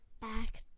Back